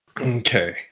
Okay